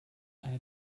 eine